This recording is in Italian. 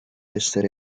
essere